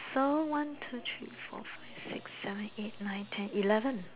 so one two three four five six seven eight nine ten eleven